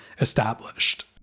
established